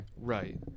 Right